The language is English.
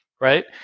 right